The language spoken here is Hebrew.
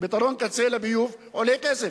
פתרון קצה לביוב עולה כסף.